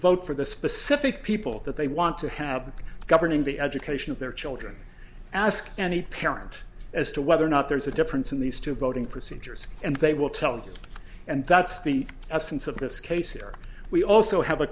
vote for the specific people that they want to have governing the education of their children ask any parent as to whether or not there's a difference in these two voting procedures and they will tell you and that's the essence of this case where we also have a